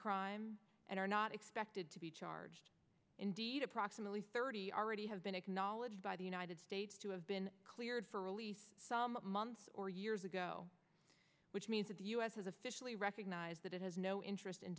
crime and are not expected to be charged indeed approximately thirty already have been acknowledged by the united states to have been cleared for release some months or years ago which means that the u s has officially recognized that it has no interest in